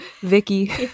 Vicky